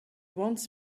wants